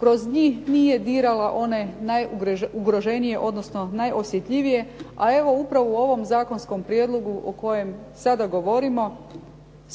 kroz njih nije dirala one najugroženije, odnosno najosjetljivije, a evo upravo u ovom zakonskom prijedlogu o kojem sada govorimo,